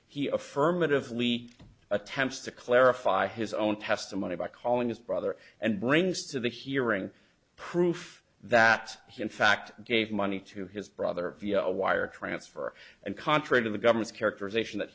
he affirmatively attempts to clarify his own testimony by calling his brother and brings to the hearing proof that he in fact gave money to his brother via a wire transfer and contrary to the governor's characterization that